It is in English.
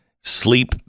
Sleep